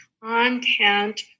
content